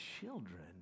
children